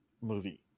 movie